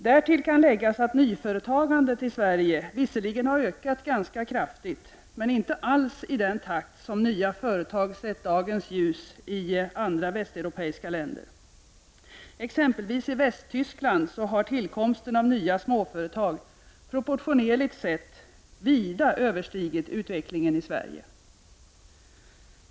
Därtill kan läggas att nyföretagandet i Sverige visserligen har ökat ganska kraftigt, men inte alls i den takt som nya företag sett dagens ljus i andra västeuropeiska länder. Exempelvis i Västtyskland har tillkomsten av nya småföretag — proportionellt sett — vida överstigit utvecklingen i Sverige.